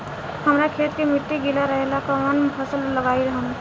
हमरा खेत के मिट्टी गीला रहेला कवन फसल लगाई हम?